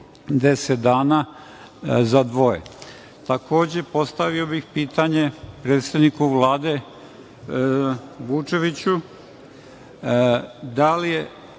dana za dvoje. Takođe, postavio bih pitanje predsedniku Vlade Vučeviću. Da li se